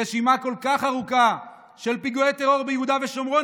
רשימה כל כך ארוכה של פיגועי טרור ביהודה ושומרון,